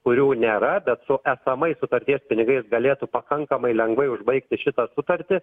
kurių nėra bet su esamais sutarties pinigais galėtų pakankamai lengvai užbaigti šitą sutartį